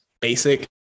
basic